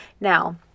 Now